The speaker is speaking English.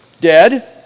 Dead